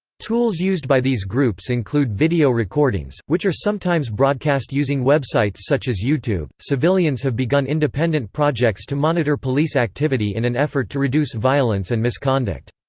tools used by these groups include video recordings, which are sometimes broadcast using websites such as youtube civilians have begun independent projects to monitor police activity in an effort to reduce violence and misconduct.